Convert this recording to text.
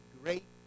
great